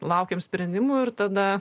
laukėme sprendimų ir tada